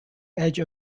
edge